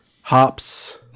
Hops